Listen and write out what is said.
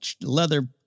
leather